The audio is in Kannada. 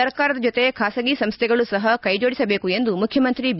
ಸರ್ಕಾರದ ಜೊತೆ ಖಾಸಗಿ ಸಂಸ್ಥೆಗಳು ಸಹ ಕೈಜೋಡಿಸಬೇಕು ಎಂದು ಮುಖ್ಯಮಂತ್ರಿ ಬಿ